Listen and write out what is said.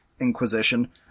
inquisition